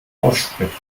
ausspricht